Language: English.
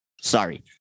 Sorry